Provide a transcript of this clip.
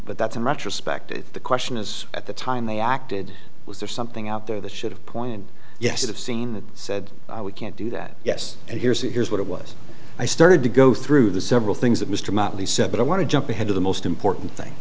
but that's in retrospect if the question is at the time they acted was there something out there that should have pointed yes i have seen that said we can't do that yes and here's the here's what it was i started to go through the several things that mr motley said but i want to jump ahead to the most important thing